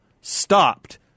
stopped